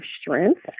strength